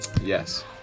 Yes